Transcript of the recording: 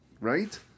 Right